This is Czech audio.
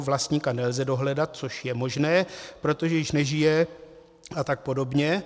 Vlastníka nelze dohledat, což je možné, protože již nežije a tak podobně.